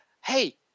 hey-